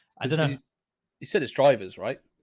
as you know you said, it's drivers right?